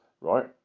right